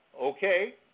Okay